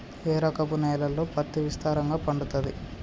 ఏ రకపు నేలల్లో పత్తి విస్తారంగా పండుతది?